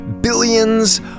billions